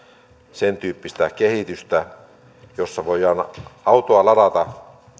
sen tyyppistä kehitystä että voidaan autoa ladata